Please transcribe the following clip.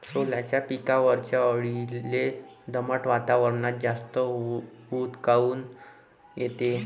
सोल्याच्या पिकावरच्या अळीले दमट वातावरनात जास्त ऊत काऊन येते?